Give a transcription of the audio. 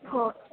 हो